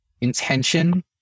intention